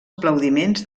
aplaudiments